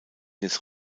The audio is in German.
des